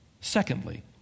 Secondly